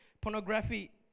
pornography